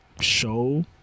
Show